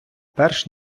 перш